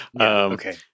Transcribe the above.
Okay